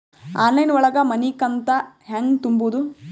Online ಒಳಗ ಮನಿಕಂತ ಹ್ಯಾಂಗ ತುಂಬುದು?